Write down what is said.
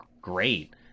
great